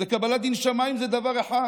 זה דבר אחד, וקבלת דין שמיים זה דבר אחד.